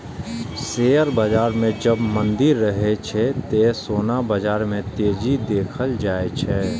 share बाजार मे जब मंदी रहै छै, ते सोना बाजार मे तेजी देखल जाए छै